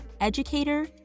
educator